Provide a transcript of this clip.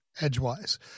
edgewise